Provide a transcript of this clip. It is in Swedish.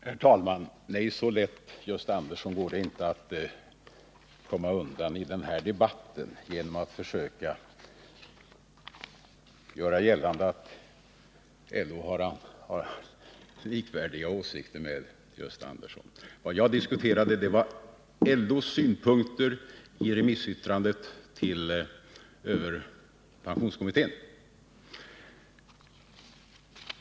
Herr talman! Nej, Gösta Andersson, det går inte att komma undan i den här debatten genom att försöka göra gällande att LO och Gösta Andersson har likvärdiga åsikter. Vad jag diskuterade var LO:s synpunkter i remissyttrandet till pensionskommittén.